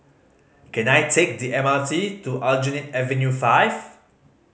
can I take the M R T to Aljunied Avenue Five